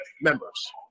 members